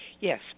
Yes